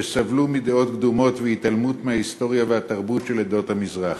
שסבלו מדעות קדומות ומהתעלמות מההיסטוריה והתרבות של עדות המזרח.